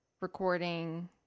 recording